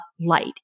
light